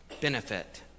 benefit